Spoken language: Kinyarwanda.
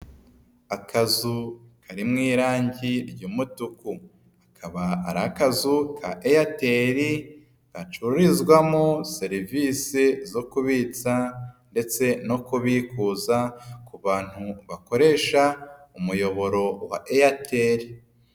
Akazu kari mu irangi ry'umutuku, akaba ari akazu ka Airtel gacururizwamo serivisi zo kubitsa ndetse no kubikuza ku bantu bakoresha umuyoboro wa Airtel.